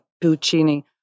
Puccini